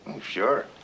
Sure